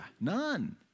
none